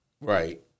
Right